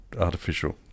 artificial